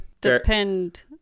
depend